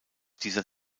dieser